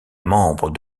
membre